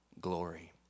glory